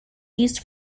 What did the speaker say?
used